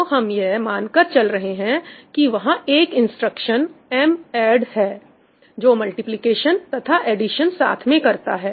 तो हम यह मानकर चल रहे हैं कि वहां एक इंस्ट्रक्शन madd है जो मल्टीप्लिकेशन तथा एडिशन साथ में करता है